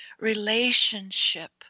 relationship